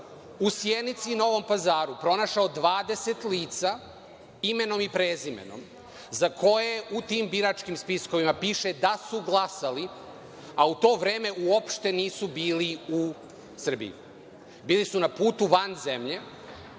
u Sjenici i Novom Pazaru, pronašao 20 lica, imenom i prezimenom, za koje u tim biračkim spiskovima piše da su glasali, a u to vreme uopšte nisu bili u Srbiji, nego su bili na putu van zemlje.